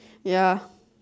ya